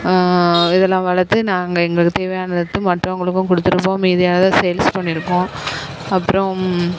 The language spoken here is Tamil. இதெல்லாம் வளர்த்து நாங்கள் எங்களுக்கு தேவையானதை எடுத்து மற்றவங்களுக்கும் கொடுத்துருப்போம் மீதியானதை சேல்ஸ் பண்ணியிருக்கோம் அப்புறோம்